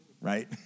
right